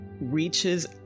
reaches